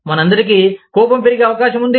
మనమందరకీ కోపం పెరిగే అవకాశం వుంది